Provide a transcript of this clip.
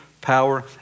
power